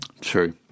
True